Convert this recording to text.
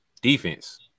Defense